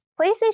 PlayStation